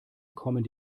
kommen